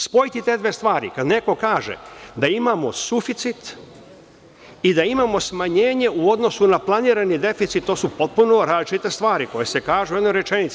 Spojiti te dve stvari, kada neko kaže da imamo suficit i da imamo smanjenje u odnosu na planirani deficit, to su potpuno različite stvari, koje se kažu u jednoj rečenici.